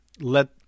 let